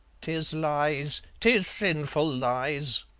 tis lies, tis sinful lies,